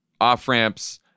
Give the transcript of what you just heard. off-ramps